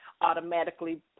automatically